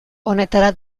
honetara